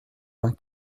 vingt